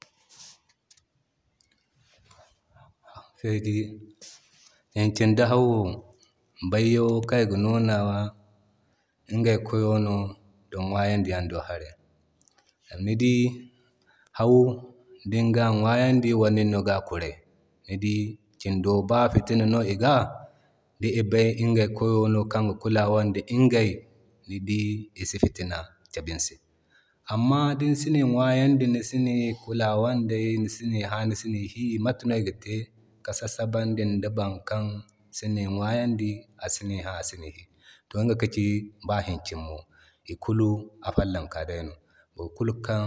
Fegi Hinkin di Hau wo bay yaŋo kan iga nunawa iŋgey koyo no don ŋwayandi yaŋo do hara. Ni di hau dinga ŋwayandi wala nino gani kuray ni di kindo ba fitinino iga di i bay igay koyo no kan gani kulawan di igey ni di isi fitina kebe ni se. Amma din si i ŋwayandi ni si ni kulawan dey ni si ni haa ni si hii mate no iga te kani sasabandi di ban kan sani ŋwayandi a sani ha a sani hi. To iga ka ci ba hinkinmo ikulu afolonka no. Wo kul kan